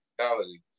reality